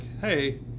hey